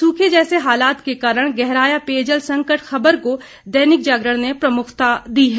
सूखे जैसे हालात के कारण गहराया पेयजल संकट खबर को दैनिक जागरण ने प्रमुखता दी है